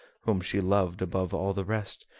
whom she loved above all the rest,